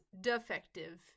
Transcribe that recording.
defective